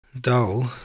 Dull